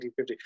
1950